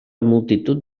multitud